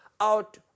out